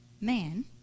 man